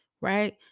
right